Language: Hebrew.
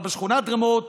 אבל בשכונת רמות